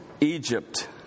Egypt